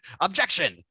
objection